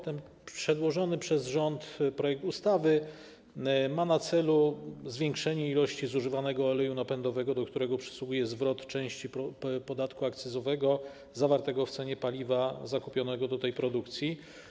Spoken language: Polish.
Ten przedłożony przez rząd projekt ustawy ma na celu zwiększenie ilości zużywanego oleju napędowego, do którego przysługuje zwrot części podatku akcyzowego zawartego w cenie paliwa zakupionego do tej produkcji.